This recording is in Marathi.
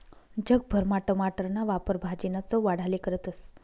जग भरमा टमाटरना वापर भाजीना चव वाढाले करतस